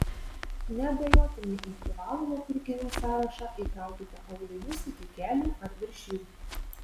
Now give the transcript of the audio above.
neabejotinai į privalomų pirkinių sąrašą įtraukite aulinius iki kelių ar virš jų